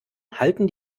halten